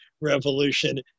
revolution